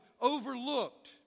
overlooked